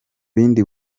bindi